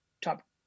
top